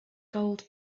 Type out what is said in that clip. gold